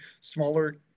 smaller